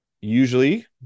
usually